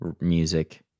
music